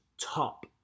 top